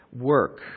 work